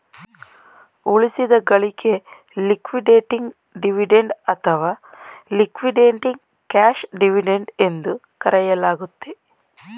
ಉಳಿಸಿದ ಗಳಿಕೆ liquidating dividend ಅಥವಾ ಲಿಕ್ವಿಡೇಟಿಂಗ್ ಕ್ಯಾಶ್ ಡಿವಿಡೆಂಡ್ ಎಂದು ಕರೆಯಲಾಗುತ್ತೆ